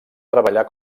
treballar